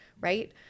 right